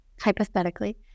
hypothetically